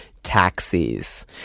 Taxis